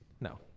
No